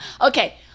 okay